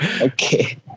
okay